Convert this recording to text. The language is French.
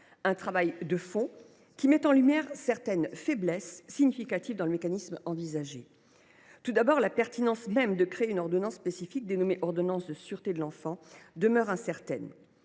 ce travail de fond met en lumière certaines faiblesses significatives du mécanisme envisagé. Tout d’abord, la pertinence même d’une ordonnance spécifique, intitulée ordonnance de sûreté, demeure incertaine.